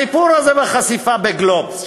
הסיפור הזה בחשיפה ב"גלובס",